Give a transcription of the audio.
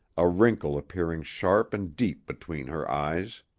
a wrinkle appearing sharp and deep between her eyes.